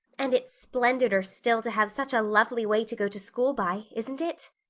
and it's splendider still to have such a lovely way to go to school by, isn't it?